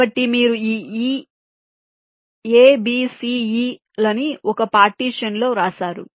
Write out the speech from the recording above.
కాబట్టి మీరు ఈ a b c e లని ఒక పార్టీషన్ లో వ్రాశారు